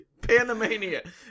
Panamania